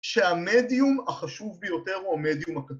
שהמדיום החשוב ביותר, הוא המדיום הקטן.